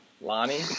Lonnie